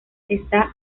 esta